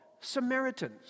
Samaritans